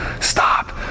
stop